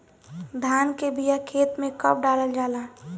धान के बिया खेत में कब डालल जाला?